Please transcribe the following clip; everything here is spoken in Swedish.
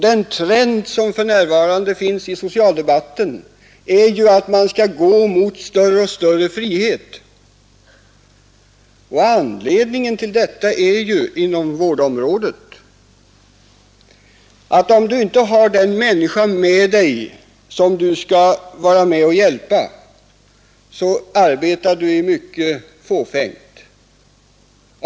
Den trend som för närvarande finns i socialdebatten är ju att man skall gå mot större och större frihet, och anledningen till detta är att om du inte har den människan med dig som du skall hjälpa, så arbetar du i stor utsträckning fåfängt.